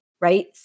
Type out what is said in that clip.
right